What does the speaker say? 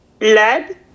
Lead